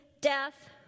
death